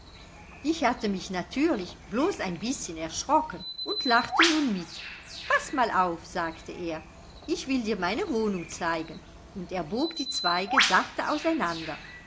ich hatte mich natürlich blos ein bißchen erschrocken und lachte nun mit paß mal auf sagte er ich will dir meine wohnung zeigen und er bog die zweige sachte auseinander